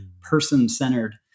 person-centered